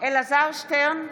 אלעזר שטרן,